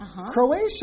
Croatia